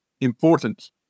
important